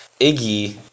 Iggy